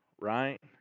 right